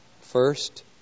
First